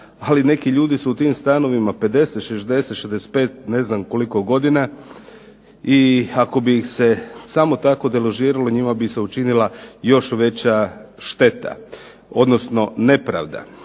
ali neki ljudi su u tim stanovima 50, 60, 65, ne znam koliko godina i ako bi ih se samo tako deložiralo njima bi se učinila još veća šteta, odnosno nepravda.